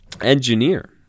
engineer